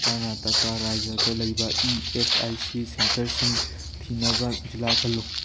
ꯀꯔꯅꯥꯇꯥꯀꯥ ꯔꯥꯖ꯭ꯌꯥꯗ ꯂꯩꯕ E S I C ꯁꯦꯟꯇꯔꯁꯤꯡ ꯊꯤꯅꯕ ꯖꯤꯜꯂꯥ ꯈꯜꯂꯨ